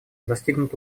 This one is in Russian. достигнут